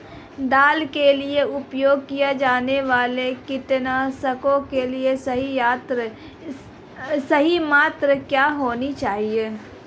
दाल के लिए उपयोग किए जाने वाले कीटनाशकों की सही मात्रा क्या होनी चाहिए?